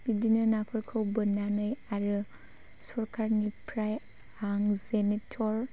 बिदिनो नाफोरखौ बोननानै आरो सरखारनिफ्राय आं जेनेरेट'र